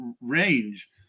range